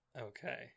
okay